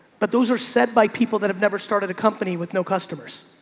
but those are set by people that have never started a company with no customers.